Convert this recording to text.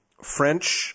French